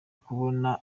kubona